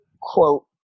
quote